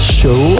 show